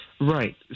Right